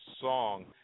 song